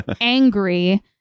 angry